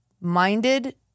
minded